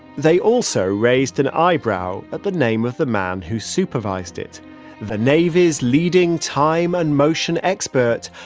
they also raised an eyebrow at the name of the man who supervised it the navy's leading time and motion expert,